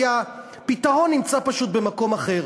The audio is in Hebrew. כי הפתרון נמצא פשוט במקום אחר: